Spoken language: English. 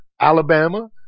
Alabama